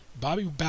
Bobby